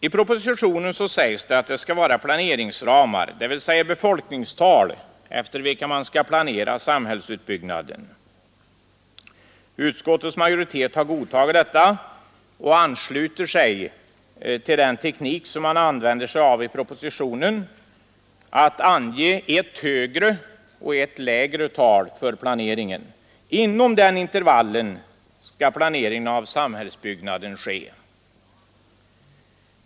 I propositionen sägs det att det skall vara planeringsramar, dvs. befolkningstal efter vilka man skall planera samhällsutbyggnaden. Utskottets majoritet har godtagit detta och ansluter sig till den teknik som man använder i propositionen, att ange ett högre och ett lägre tal för planeringen. Inom den intervallen skall planeringen av samhällsbyggnaden ske.